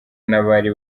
n’abari